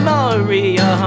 Maria